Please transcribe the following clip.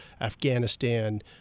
Afghanistan